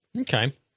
Okay